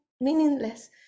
meaningless